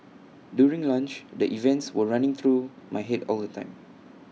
during lunch the events were running through my Head all the time